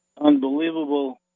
Unbelievable